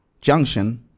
junction